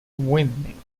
winning